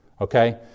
Okay